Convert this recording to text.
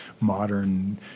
modern